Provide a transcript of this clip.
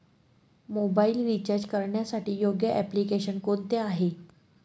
Mobile recharge करण्यासाठी योग्य application कोणते आहे?